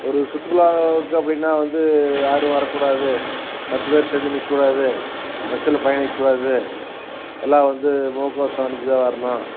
ஒரு சுற்றுலாவுக்கு அப்படின்னா வந்து யாரும் வரக்கூடாது பத்துப்பேர் சேர்ந்து நிற்கக்கூடாது பஸ்ஸில் பயணிக்கக்கூடாது எல்லாம் வந்து முகக்கவசம் அணிந்து தான் வரணும்